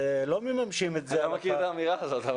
אני לא מכיר את האמרה הזאת.